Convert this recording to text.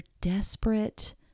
desperate